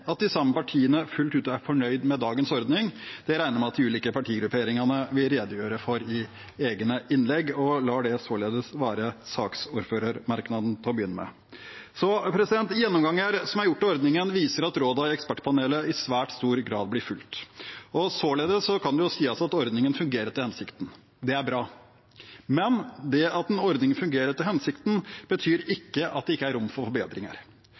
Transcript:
at de samme partiene fullt ut er fornøyd med dagens ordning. Det regner jeg med at de ulike partigrupperingene vil redegjøre for i egne innlegg, og jeg lar dette således være innledende saksordførermerknader. Gjennomganger som er gjort av ordningen, viser at rådene i Ekspertpanelet i svært stor grad blir fulgt, og således kan en si at ordningen fungerer etter hensikten. Det er bra. Men det at en ordning fungerer etter hensikten, betyr ikke at det ikke er rom for forbedringer.